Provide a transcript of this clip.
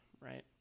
right